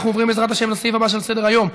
אנחנו עוברים לסעיף הבא שעל סדר-היום: